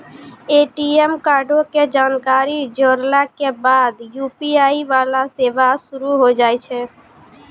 ATM कार्डो के जानकारी जोड़ला के बाद यू.पी.आई वाला सेवा शुरू होय जाय छै